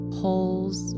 holes